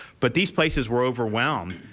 but these places were overwhelmed.